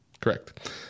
Correct